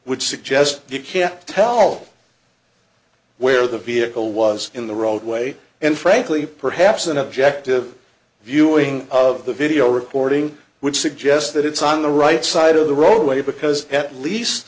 which suggests you can't tell where the vehicle was in the roadway and frankly perhaps an objective viewing of the video recording would suggest that it's on the right side of the roadway because at least